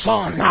Son